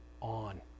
on